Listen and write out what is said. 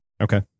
Okay